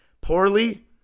poorly